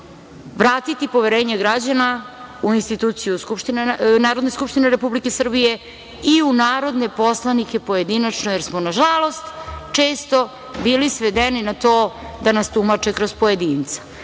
vratiti poverenje građana u instituciju Narodne skupštine Republike Srbije i u narodne poslanike pojedinačno, jer smo, nažalost, često bili svedeni na to da nas tumače kroz pojedince. Niko